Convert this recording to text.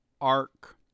arc